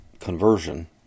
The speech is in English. conversion